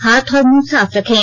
हाथ और मुंह साफ रखें